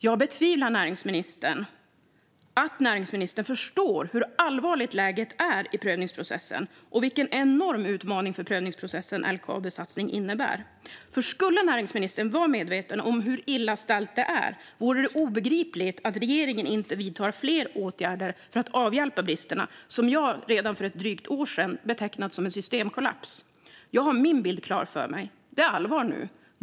Jag betvivlar att näringsministern förstår hur allvarligt läget är i prövningsprocessen och vilken enorm utmaning för prövningsprocessen LKAB:s satsning innebär, för om näringsministern var medveten om hur illa ställt det är vore det obegripligt att regeringen inte vidtar fler åtgärder för att avhjälpa bristerna, något som jag redan för ett drygt år sedan betecknat som en systemkollaps. Jag har min bild klar för mig: Det är allvar nu.